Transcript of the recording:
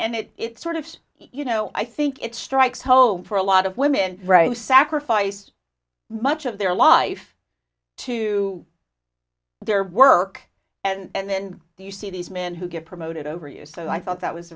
and it sort of you know i think it strikes hope for a lot of women right you sacrifice much of their life to there work and then you see these men who get promoted over you so i thought that was